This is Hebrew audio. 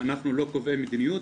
אנחנו לא קובעי המדיניות,